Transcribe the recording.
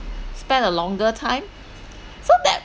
spend a longer time so that